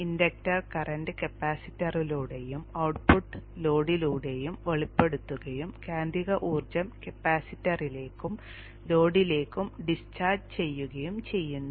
inductor current കപ്പാസിറ്ററിലൂടെയും output ലോഡിലൂടെയും വെളിപ്പെടുത്തുകയും കാന്തിക ഊർജ്ജം കപ്പാസിറ്ററിലേക്കും ലോഡിലേക്കും ഡിസ്ചാർജ് ചെയ്യുകയും ചെയ്യുന്നു